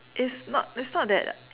it's not it's not that